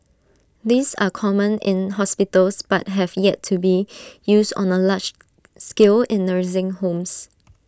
these are common in hospitals but have yet to be used on A large scale in nursing homes